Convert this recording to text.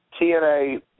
TNA